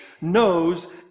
knows